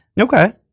Okay